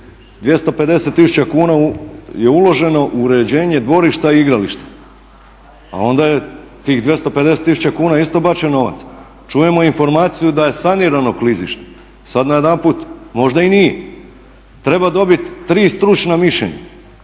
250 tisuća kuna je uloženo u uređenje dvorišta i igrališta, a onda je tih 250 tisuća kuna isto bačen novac. Čujemo informaciju da je sanirano klizište, sad najedanput možda i nije. Treba dobit tri stručna mišljenja,